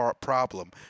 problem